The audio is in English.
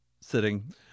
sitting